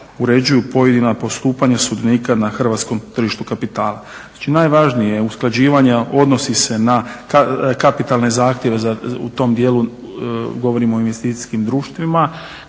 uređuju pojedina postupanja sudionika na hrvatskom tržištu kapitala. Znači najvažnije usklađivanja odnosi se na kapitalne zahtjeve u tom dijelu govorim o investicijskim društvima